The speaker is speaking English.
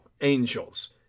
angels